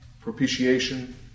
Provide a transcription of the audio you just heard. Propitiation